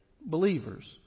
Believers